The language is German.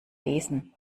lesen